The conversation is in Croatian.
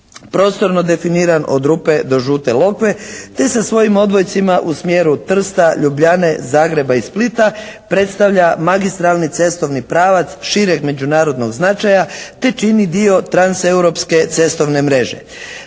prostorno definiran od Rupe do Žute Lokve te sa svojim odvojcima u smjeru Trsta, Ljubljane, Zagreba i Splita predstavlja magistralni cestovni pravac šireg međunarodnog značaja te čini dio transeuropske cestovne mreže.